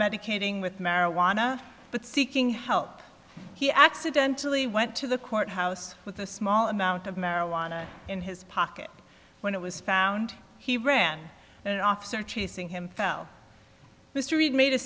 medicating with marijuana but seeking help he accidentally went to the court house with a small amount of marijuana in his pocket when it was found he ran an officer chasing him fell mr reid made a